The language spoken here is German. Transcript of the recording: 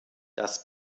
das